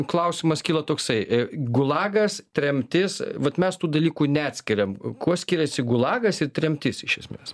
klausimas kyla toksai gulagas tremtis vat mes tų dalykų neatskiriam kuo skiriasi gulagas ir tremtis iš esmės